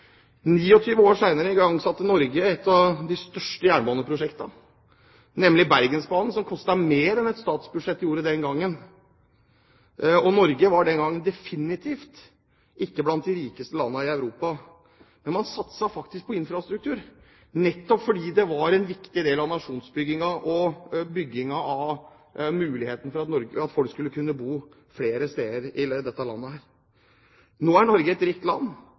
29 år senere igangsatte Norge et av de største jernbaneprosjektene, nemlig Bergensbanen, som kostet mer enn et statsbudsjett den gang. Norge var den gang definitivt ikke blant de rikeste landene i Europa, men man satset på infrastruktur, nettopp fordi det var en viktig del av nasjonsbyggingen og byggingen for at folk skulle kunne bo flere steder i dette landet. Nå er Norge et rikt land,